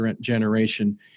generation